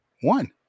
One